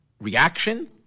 reaction